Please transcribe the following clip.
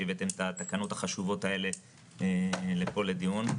שהבאתם את התקנות החשובות האלה לכל הדיון,